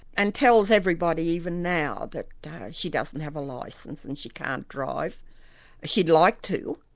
and tells everybody even now that she doesn't have a licence, and she can't drive she'd like to.